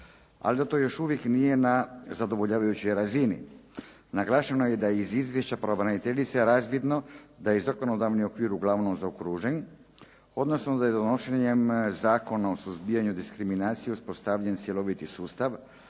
ali da to još uvijek nije na zadovoljavajućoj razini. Naglašeno je da je iz izvješća pravobraniteljice razvidno da je zakonodavni okvir uglavnom zaokružen odnosno da je donošenjem Zakona o suzbijanju diskriminacije uspostavljen cjeloviti sustav